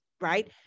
right